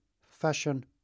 fashion